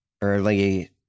early